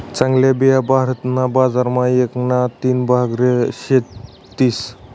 चांगल्या बिया भारत ना बजार मा एक ना तीन भाग सेतीस